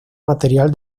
material